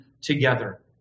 together